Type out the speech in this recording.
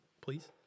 Please